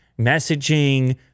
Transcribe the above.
messaging